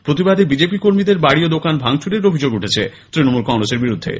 প্রতিবাদে বিজেপি কর্মীদের বাড়ি ও দোকান ভাঙচুরের অভিযোগ উঠেছে তৃণমূল কংগ্রেসের বিরুদ্ধে